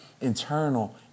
internal